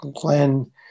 Glenn